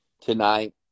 tonight